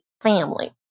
family